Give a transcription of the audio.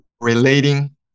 relating